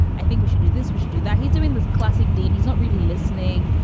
i think we should do this. we should do that. he's doing this classic dean. he's not really listening.